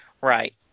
Right